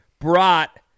brought